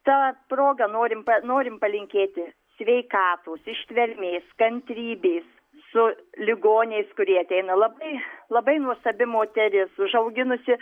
ta proga norim pa norim palinkėti sveikatos ištvermės kantrybės su ligoniais kurie ateina labai labai nuostabi moteris užauginusi